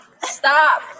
Stop